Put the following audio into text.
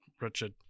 Richard